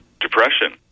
depression